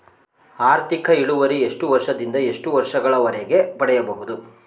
ಆರ್ಥಿಕ ಇಳುವರಿ ಎಷ್ಟು ವರ್ಷ ದಿಂದ ಎಷ್ಟು ವರ್ಷ ಗಳವರೆಗೆ ಪಡೆಯಬಹುದು?